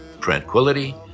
tranquility